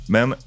Men